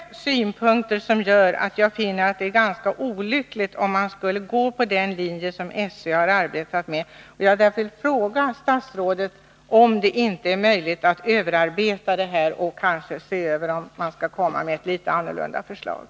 Sådana saker gör att jag finner det ganska olyckligt att följa den linje som SÖ har arbetat med. Jag vill därför fråga statsrådet om det inte är möjligt att omarbeta det här förslaget och komma med ett annat.